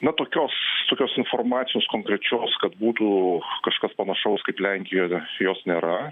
na tokios tokios informacijos konkrečios kad būtų kažkas panašaus kaip lenkijoje os nėra